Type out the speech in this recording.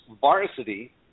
Varsity